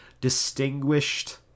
distinguished